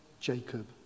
Jacob